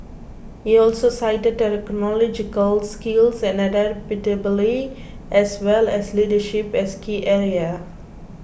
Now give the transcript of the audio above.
he also cited technological skills and adaptability as well as leadership as key area